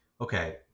Okay